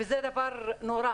וזה דבר נורא